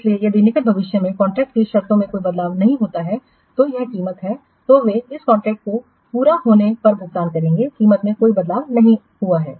इसलिए यदि निकट भविष्य में कॉन्ट्रैक्ट की शर्तों में कोई बदलाव नहीं होता है तो यह कीमत है तो वे इस कॉन्ट्रैक्ट के पूरा होने पर भुगतान करेंगे कीमत में कोई बदलाव नहीं हुआ है